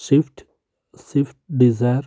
swift swift Dzire